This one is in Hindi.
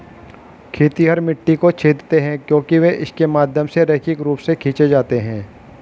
खेतिहर मिट्टी को छेदते हैं क्योंकि वे इसके माध्यम से रैखिक रूप से खींचे जाते हैं